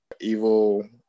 evil